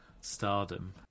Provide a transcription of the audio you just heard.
stardom